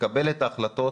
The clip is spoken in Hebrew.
לקבל את ההחלטות